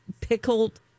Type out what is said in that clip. pickled